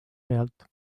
pealt